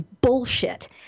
bullshit